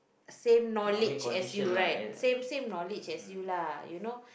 same knowledge as you right same same knowledge as you lah you know